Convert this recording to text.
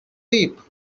reap